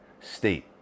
state